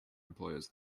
employers